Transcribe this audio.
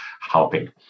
helping